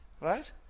Right